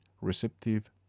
receptive